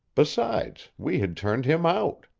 besides, we had turned him out.